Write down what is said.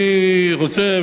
ואני רוצה,